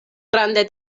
rande